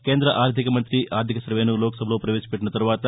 కేంద్ర ఆర్థిక మంతి ఆర్థిక సర్వేను లోక్ సభలో ప్రవేశపెట్టిన తర్వాత